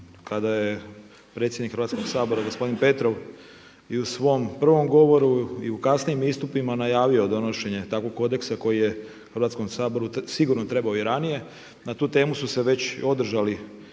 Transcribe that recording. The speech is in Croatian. kada je predsjednik Hrvatskog sabora gospodin Petrov i u svom prvom govoru i u kasnijim istupima najavio donošenje takvog kodeksa koji je Hrvatskom saboru sigurno trebao i ranije. Na tu temu su se već održali